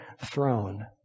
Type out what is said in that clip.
throne